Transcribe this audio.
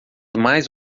mais